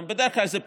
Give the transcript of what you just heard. בדרך כלל זה פחות,